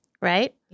right